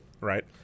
Right